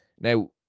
Now